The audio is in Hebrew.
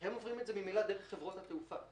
הם עוברים א זה ממילא דרך חברות התעופה.